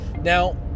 now